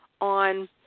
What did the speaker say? on